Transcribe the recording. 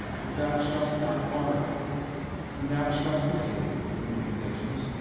but thou shalt not borrow and thou shalt reign over many nations,